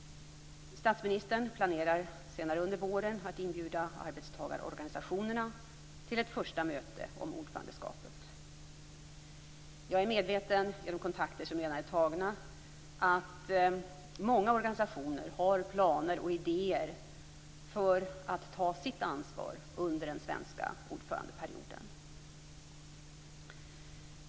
Statsministern planerar att senare under våren inbjuda arbetstagarorganisationerna till ett första möte om ordförandeskapet. Jag är medveten om, genom kontakter som redan är tagna, att många organisationer har planer och idéer för att ta sitt ansvar under den svenska ordförandeperioden.